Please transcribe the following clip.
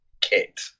kit